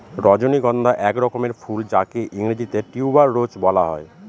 রজনীগন্ধা এক রকমের ফুল যাকে ইংরেজিতে টিউবার রোজ বলা হয়